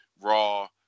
Raw